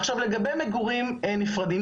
עכשיו לגבי מגורים נפרדים,